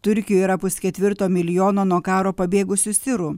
turkijoj yra pusketvirto milijono nuo karo pabėgusių sirų